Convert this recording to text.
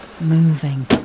Moving